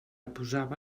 posava